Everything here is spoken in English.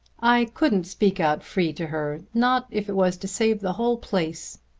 i couldn't speak out free to her not if it was to save the whole place,